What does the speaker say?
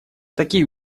такие